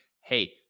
hey